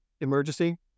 emergency